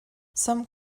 some